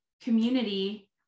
community